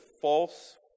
false